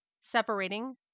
separating